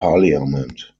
parliament